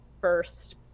first